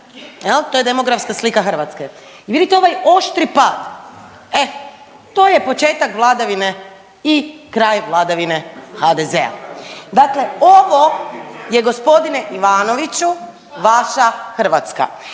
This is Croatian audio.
to je demografska slika Hrvatske i vidite ovaj oštri pad, e to je početak vladavine i kraj vladavine HDZ-a. Dakle ovo je g. Ivanoviću vaša Hrvatska.